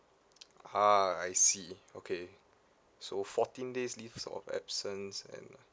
ah I see okay so fourteen days leave of absence and